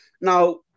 Now